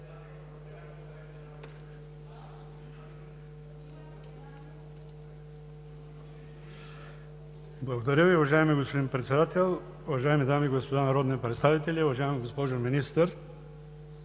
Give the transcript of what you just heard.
Благодаря Ви, уважаеми господин Председател! Уважаеми дами и господа народни представители, уважаема госпожо Министър!